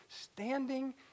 standing